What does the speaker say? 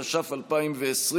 התש"ף 2020,